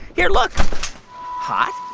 here, look hot,